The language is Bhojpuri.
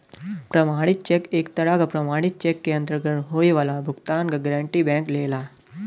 प्रमाणित चेक एक तरह क प्रमाणित चेक के अंतर्गत होये वाला भुगतान क गारंटी बैंक लेला